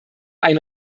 ein